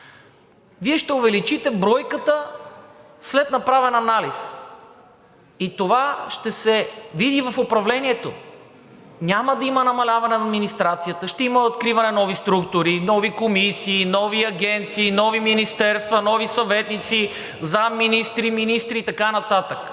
Вие ще увеличите бройката след направен анализ и това ще се види в управлението. Няма да има намаляване на администрацията, ще има откриване на нови структури, нови комисии, нови агенции, нови министерства, нови съветници, заместник-министри, министри и така нататък.